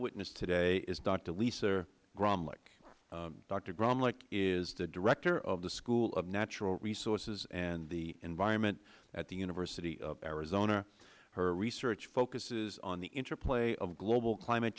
witness today is doctor lisa graumlich doctor graumlich is the director of the school of natural resources and the environment at the university of arizona her research focuses on the interplay of global climate